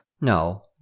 No